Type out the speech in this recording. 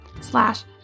slash